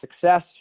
success